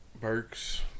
Burks